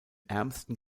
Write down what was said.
ärmsten